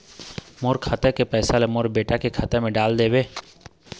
मोर खाता के पैसा ला मोर बेटा के खाता मा डाल देव?